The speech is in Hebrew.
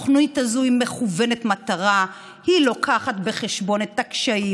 התוכנית הזאת היא מכוונת מטרה והיא מביאה בחשבון את הקשיים.